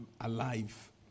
alive